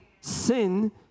sin